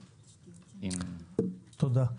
תודה.